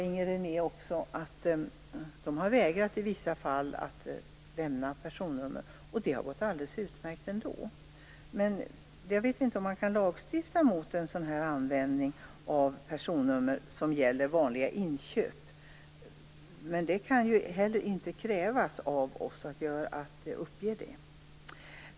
Inger Réne sade också att man i vissa fall har vägrat att lämna personnummer, och det har gått alldeles utmärkt ändå. Jag vet inte om man kan lagstifta mot en sådan här användning av personnummer som gäller vanliga inköp, men det kan heller inte krävas av oss att vi skall uppge numret.